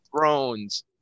thrones